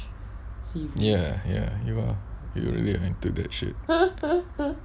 ya ya you are you really into tat shit